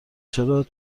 چرا